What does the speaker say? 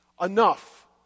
enough